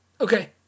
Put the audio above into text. Okay